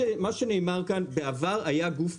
ברור.